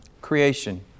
Creation